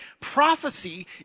Prophecy